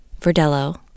Verdello